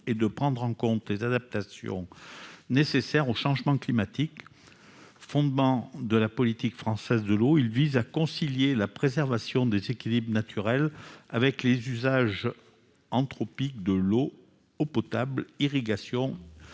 et de prendre en compte les adaptations nécessaires au changement climatique, fondement de la politique française de l'eau, il vise à concilier la préservation des équilibres naturels avec les usages anthropique de l'eau, eau potable, irrigation